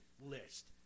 list